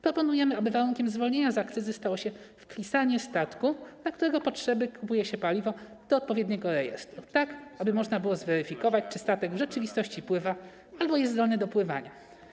Proponujemy, aby warunkiem zwolnienia z akcyzy stało się wpisanie statku, na którego potrzeby kupuje się paliwo, do odpowiedniego rejestru, tak aby można było zweryfikować, czy statek w rzeczywistości pływa albo jest zdolny do pływania.